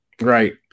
Right